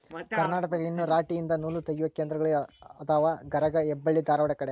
ಕರ್ನಾಟಕದಾಗ ಇನ್ನು ರಾಟಿ ಯಿಂದ ನೂಲತಗಿಯು ಕೇಂದ್ರಗಳ ಅದಾವ ಗರಗಾ ಹೆಬ್ಬಳ್ಳಿ ಧಾರವಾಡ ಕಡೆ